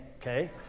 okay